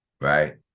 right